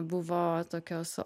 buvo tokios